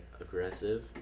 aggressive